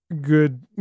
good